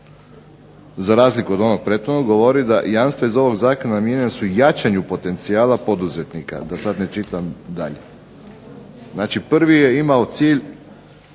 za razliku od onog prethodnog govori da jamstva iz ovog zakona namijenjena su jačanju potencijala poduzetnika, da sad ne čitam dalje. Znači prvi je imao cilj